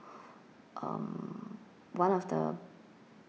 um one of the